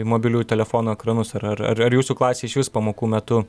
į mobiliųjų telefonų ekranus ar ar ar jūsų klasėj išvis pamokų metu